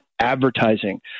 advertising